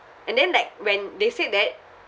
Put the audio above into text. and then like when they said that